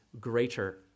greater